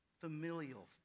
familial